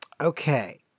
Okay